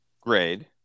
grade